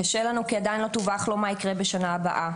קשה לנו כי עדיין לא תווך לו מה יקרה בשנה הבאה,